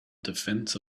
defense